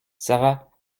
sara